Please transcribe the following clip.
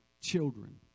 children